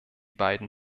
beiden